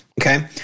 Okay